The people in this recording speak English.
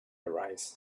arise